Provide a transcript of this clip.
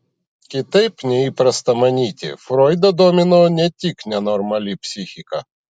kitaip nei įprasta manyti froidą domino ne tik nenormali psichika